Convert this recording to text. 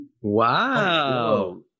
Wow